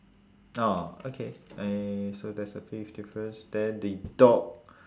ah okay so that's the fifth difference then the dog